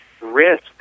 risk